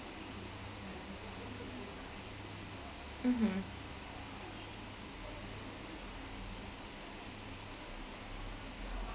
mmhmm